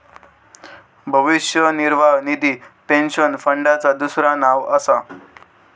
भविष्य निर्वाह निधी पेन्शन फंडाचा दुसरा नाव असा